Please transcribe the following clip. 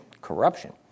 Corruption